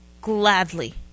Gladly